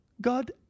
God